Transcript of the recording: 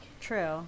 True